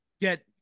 get